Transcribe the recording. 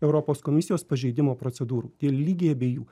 europos komisijos pažeidimo procedūrų ir lygiai abiejų